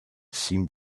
seemed